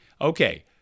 Okay